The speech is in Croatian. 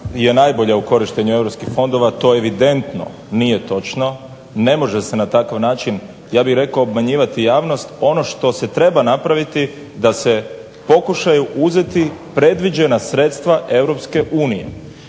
najbolja u iskorištavanju europskih fondova. To evidentno nije točno. Ne može se na takav način ja bih rekao obmanjivati javnost. Ono što se treba napraviti da se pokušaju uzeti predviđena sredstva EU.